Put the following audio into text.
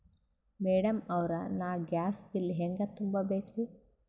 Madam ಅವ್ರ, ನಾ gas bill ಹೆಂಗ ತುಂಬಾ ಬೇಕ್ರಿ?